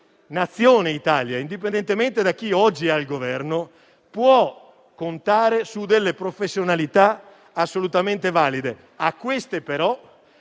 Nazione Italia, indipendentemente da chi oggi è al Governo, possiamo contare su delle professionalità assolutamente valide. A queste però